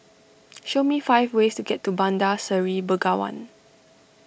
show me five ways to get to Bandar Seri Begawan